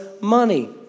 money